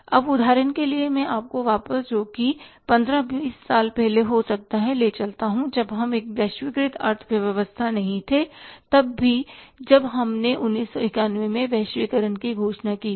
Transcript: अब उदाहरण के लिए मैं आपको वापस जोकि १५ २० साल पहले हो सकता है ले चलता हूं जब हम एक वैश्वीकृत अर्थव्यवस्था नहीं थे या तब भी जब हमने १ ९९ १ में वैश्वीकरण की घोषणा की थी